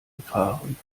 gefahren